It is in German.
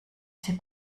sie